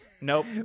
Nope